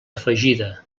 afegida